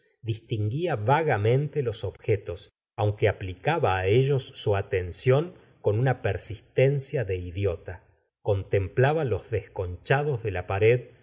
distingía vagamente los objetos aunque aplicaba á ellos su atención con una persistencia de idiota contemplaba los desconchados de la pared